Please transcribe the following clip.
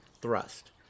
thrust